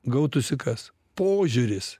gautųsi kas požiūris